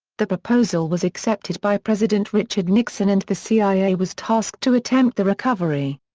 the proposal was accepted by president richard nixon and the cia was tasked to attempt the recovery.